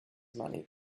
money